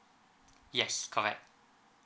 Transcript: yes correct